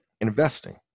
investing